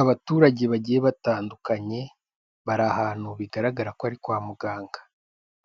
Abaturage bagiye batandukanye, bari ahantu bigaragara ko ari kwa muganga.